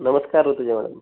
नमस्कार ऋतुजा मॅडम